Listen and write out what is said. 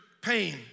pain